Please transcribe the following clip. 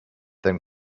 than